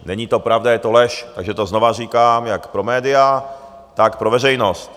Není to pravda, je to lež, takže to znovu říkám jak pro média, tak pro veřejnost.